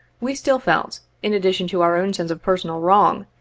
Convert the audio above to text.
we still felt, in addition to our own sense of personal wrong,